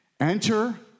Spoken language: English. Enter